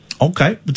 Okay